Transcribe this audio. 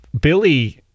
Billy